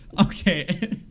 Okay